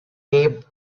taped